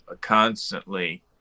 constantly